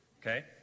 okay